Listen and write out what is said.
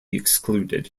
excluded